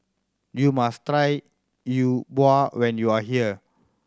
you must try Yi Bua when you are here